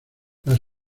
las